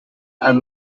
and